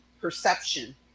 perception